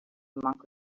monk